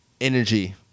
Energy